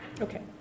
Okay